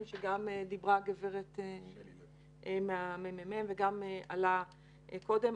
שעליו דיברה הגברת מהממ"מ וגם עלה קודם: